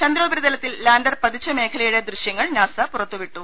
ചന്ദ്രോപരിതലത്തിൽ lander പതിച്ച മേഖലയുടെ ദൃശ്യങ്ങൾ നാസ പുറത്തുവിട്ടു